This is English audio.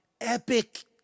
epic